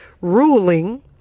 ruling